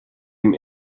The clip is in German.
dem